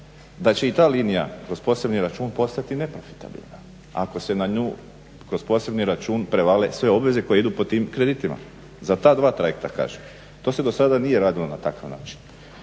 da će i ta linija kroz posebni račun postati neprofitabilna ako se na nju kroz posebni račun prevale sve obveze koje idu po tim kreditima za ta dva trajekta kažem. To se do sada nije radilo na takav način,